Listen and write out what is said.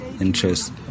interest